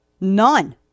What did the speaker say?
None